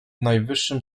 najwyższym